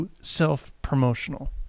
self-promotional